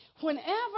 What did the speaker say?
Whenever